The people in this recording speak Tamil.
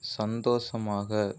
சந்தோஷமாக